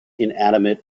inanimate